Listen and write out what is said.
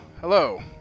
hello